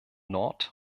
nord